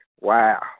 Wow